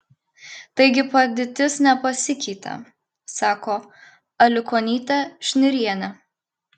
taigi padėtis nepasikeitė sako aliukonytė šnirienė